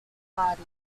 party